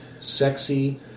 sexy